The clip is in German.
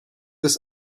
das